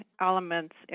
elements